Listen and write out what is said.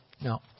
No